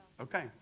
Okay